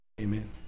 amen